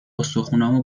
استخونامو